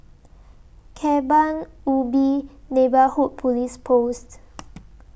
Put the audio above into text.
Kebun Ubi Neighbourhood Police Post